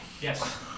Yes